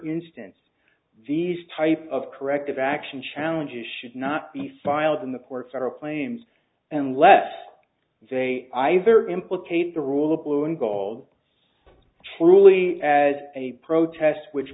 instance these type of corrective action challenges should not be filed in the court federal claims and less they either implicate the rule of blue and gold truly as a protest which